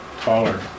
taller